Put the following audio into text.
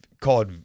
called